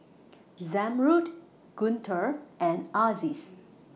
Zamrud Guntur and Aziz